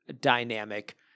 dynamic